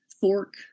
fork